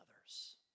others